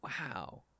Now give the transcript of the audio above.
Wow